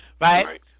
right